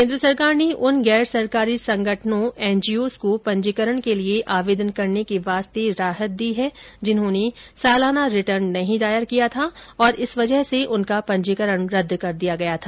केन्द्र सरकार ने उन गैर सरकारी संगठनों एनजीओ को पंजीकरण के लिये आवेदन करने के वास्ते राहत दी है जिन्होंने सालाना रिटर्न नहीं दायर किया था और इस वजह से उनका पंजीकरण रद्द कर दिया गया था